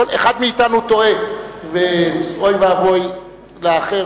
אחד מאתנו טועה, ואוי ואבוי לאחר